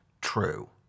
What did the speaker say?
true